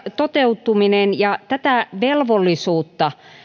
toteutuminen ja tätä velvollisuutta